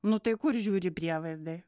nu tai kur žiūri prievaizdai